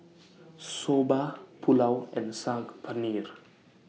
Soba Pulao and Saag Paneer